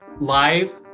live